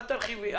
אל תרחיבי,